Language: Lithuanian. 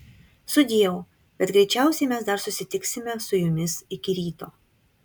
sudieu bet greičiausiai mes dar susitiksime su jumis iki ryto